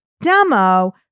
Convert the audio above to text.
demo